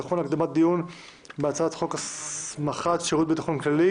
והביטחון להקדמת הדיון בהצעת חוק הסמכת שירות הביטחון הכללי